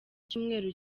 icyumweru